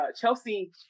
Chelsea